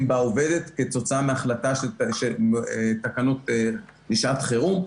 עובדת כתוצאה מהחלטה של תקנות לשעת חירום,